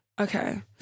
Okay